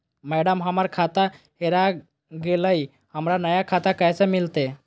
madam, हमर खाता हेरा गेलई, हमरा नया खाता कैसे मिलते